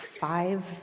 five